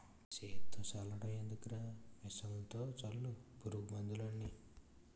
సేత్తో సల్లడం ఎందుకురా మిసన్లతో సల్లు పురుగు మందులన్నీ